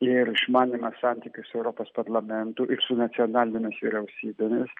ir išmanymas santykių su europos parlamentu ir su nacionalinėmis vyriausybėmis